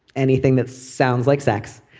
anything that sounds like sex.